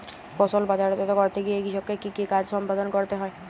ফসল বাজারজাত করতে গিয়ে কৃষককে কি কি কাজ সম্পাদন করতে হয়?